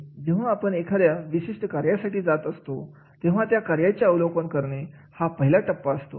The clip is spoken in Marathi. जेव्हा आपण एखाद्या विशिष्ट कार्यासाठी जात असतो तेव्हा त्या कार्याचे अवलोकन करणे हा पहिला टप्पा असतो